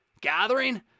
gathering